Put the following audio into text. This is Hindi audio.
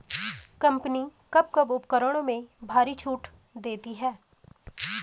कंपनी कब कब उपकरणों में भारी छूट देती हैं?